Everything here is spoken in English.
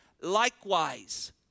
likewise